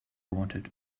wanted